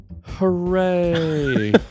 Hooray